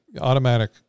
automatic